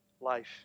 life